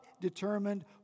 determined